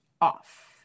off